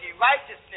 righteousness